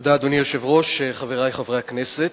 אדוני היושב-ראש, תודה, חברי חברי הכנסת,